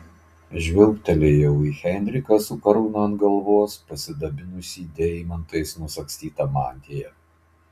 žvilgtelėjau į henriką su karūna ant galvos pasidabinusį deimantais nusagstyta mantija